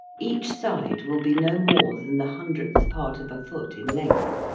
each side will be no more than the hundredth part of a foot in length,